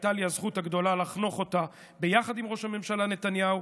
הייתה לי הזכות הגדולה לחנוך אותה יחד עם ראש הממשלה נתניהו,